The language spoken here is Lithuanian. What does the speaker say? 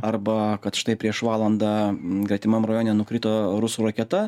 arba kad štai prieš valandą gretimam rajone nukrito rusų raketa